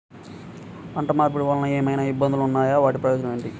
పంట మార్పిడి వలన ఏమయినా ఇబ్బందులు ఉన్నాయా వాటి ప్రయోజనం ఏంటి?